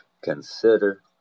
Consider